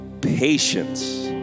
patience